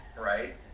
Right